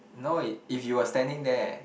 no if you were standing there